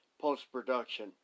post-production